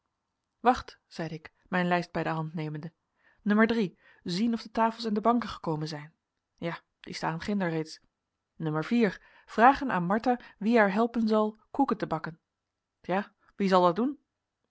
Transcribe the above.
wacht zeide ik mijn lijst bij de hand nemende nummer drie zien of de tafels en de banken gekomen zijn ja die staan ginder reeds nummer vier vragen aan martha wie haar helpen zal koeken te bakken ja wie zal dat doen